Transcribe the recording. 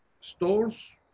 Stores